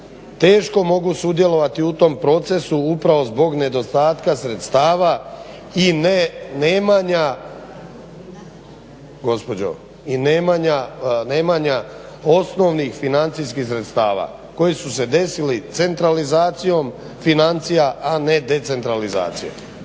teško mogu sudjelovati u tom procesu upravo zbog nedostatka sredstava i neimanja osnovnih financijskih sredstava koji su se desili centralizacijom financija, a ne decentralizacijom.